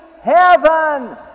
heaven